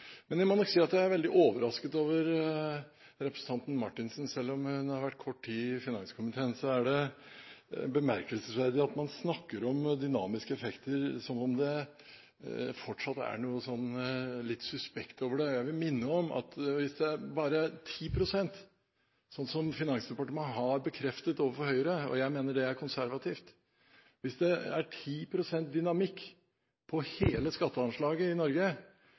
Men jeg må først si at jeg er veldig overrasket over representanten Marthinsen. Selv om hun har vært kort tid i finanskomiteen, er det bemerkelsesverdig at man snakker om dynamiske effekter som om det fortsatt er noe litt suspekt over det. Jeg vil minne om at hvis det bare er 10 pst. dynamikk – slik som Finansdepartementet har bekreftet overfor Høyre, og jeg mener det er konservativt – på hele skatteanslaget i Norge,